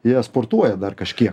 jie sportuoja dar kažkiek